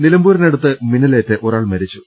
നിലമ്പൂരിനടുത്ത് മിന്നലേറ്റ് ഒരാൾ മരിച്ചു